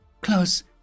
Close